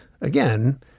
again